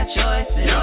choices